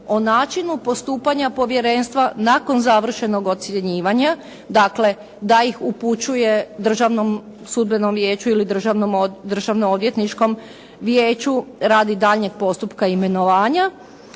o načinu postupanja povjerenstva nakon završenog ocjenjivanja, dakle da ih upućuje Državnom sudbenom vijeću ili Državnom odvjetničkom vijeću radi daljnjeg postupka imenovanja.